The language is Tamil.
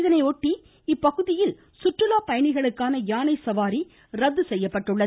இதனையொட்டி இப்பகுதிகளில் சுற்றுலா பயணிகளுக்கான யானை சவாரி ரத்து செய்யப்படுகிறது